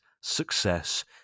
success